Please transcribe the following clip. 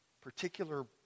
particular